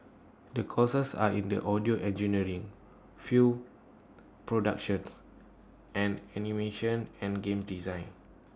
the courses are in the audio engineering film productions and animation and games design